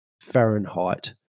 Fahrenheit